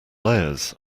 layers